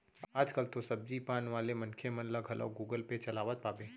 आज कल तो सब्जी पान वाले मनखे मन ल घलौ गुगल पे चलावत पाबे